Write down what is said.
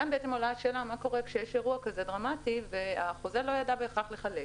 כאן עולה השאלה מה קורה כשיש אירוע כזה דרמטי והחוזה לא ידע בהכרח לחלק,